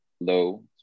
Low